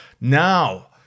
Now